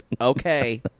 Okay